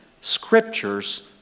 Scriptures